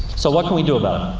so, what can we do about